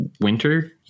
winter